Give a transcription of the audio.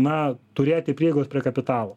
na turėti prieigos prie kapitalo